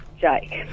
Jake